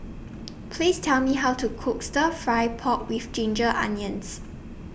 Please Tell Me How to Cook Stir Fry Pork with Ginger Onions